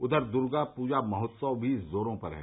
उघर दुर्गा पूजा महोत्सव भी जोरो पर है